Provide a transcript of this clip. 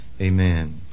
Amen